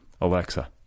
Alexa